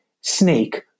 snake